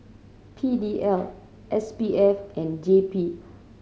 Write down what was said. P D L S P F and J P